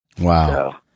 Wow